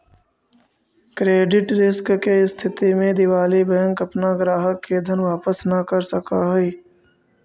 credit risk के स्थिति में दिवालि बैंक अपना ग्राहक के धन वापस न कर सकऽ हई